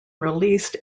released